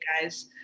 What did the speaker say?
guys